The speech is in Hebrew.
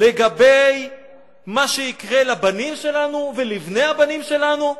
לגבי מה שיקרה לבנים שלנו ולבני הבנים שלנו?